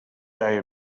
day